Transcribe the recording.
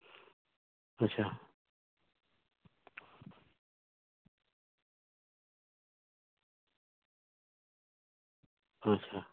ᱟᱪᱪᱷᱟ ᱟᱪᱪᱷᱟ